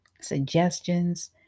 suggestions